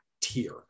tier